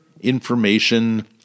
information